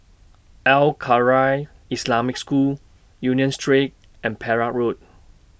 Al Khairiah Islamic School Union Street and Perak Road